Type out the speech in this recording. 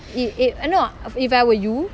eh eh uh no if I were you